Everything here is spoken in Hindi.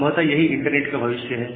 संभवत यही इंटरनेट का भविष्य है